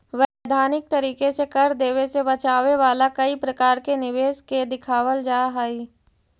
वैधानिक तरीके से कर देवे से बचावे वाला कई प्रकार के निवेश के दिखावल जा हई